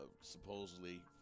supposedly